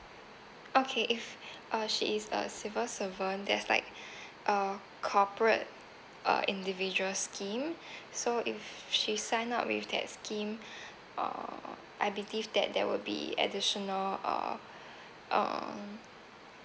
okay if uh she's a civil servant there's like uh corporate uh individual scheme so if she sign up with that scheme uh I believe that there will be additional uh uh